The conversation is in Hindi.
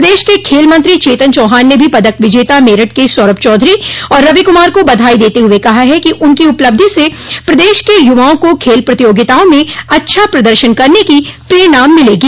प्रदेश के खेल मंत्री चेतन चौहान ने भी पदक विजेता मेरठ के सौरभ चौधरी और रवि कुमार को बधाई देते हुए कहा कि उनकी उपलब्धि से प्रदेश के युवाओं को खेल प्रतियोगिताओं में अच्छा प्रदर्शन करने की प्रेरणा मिलेगी